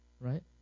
Right